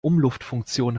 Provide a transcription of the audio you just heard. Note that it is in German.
umluftfunktion